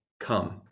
come